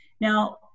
Now